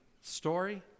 story